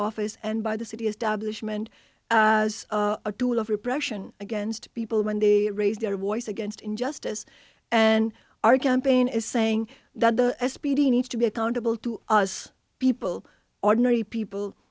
office and by the city establishment as a tool of repression against people when they raise their voice against injustice and our campaign is saying that the s p d needs to be accountable to us people ordinary people